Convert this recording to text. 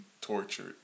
tortured